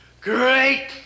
great